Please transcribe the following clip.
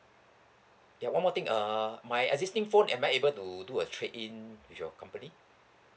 ya one more thing err my existing phone am I able to do a trade in with your company